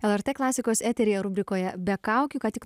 lrt klasikos eteryje rubrikoje be kaukių ką tik